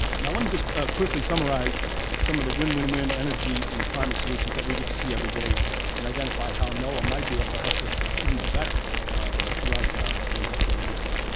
now let me just quickly summarize some of the win, win, win energy and climate solutions that we get to see every day and identify how noaa might be able to help us even do better throughout the industrial landscape.